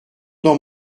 dans